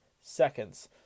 seconds